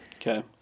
Okay